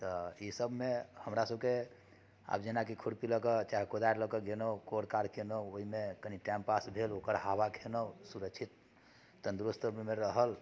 तऽ ई सभमे हमरा सभकेँ आब जेना कि खुरपी लऽ कऽ चाहे कोदारि लऽ कऽ गेलहुँ कोर कार कयलहुँ ओहिमे कनि टाइम पास भेल ऊपर हवा खयलहुँ सुरक्षित तन्द्रुस्त रहल